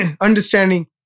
understanding